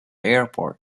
airport